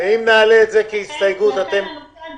--- אם נעלה את זה כהסתייגות --- בינתיים הנושא הזה